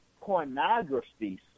pornography